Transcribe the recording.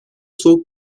soğuk